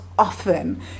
often